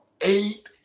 eight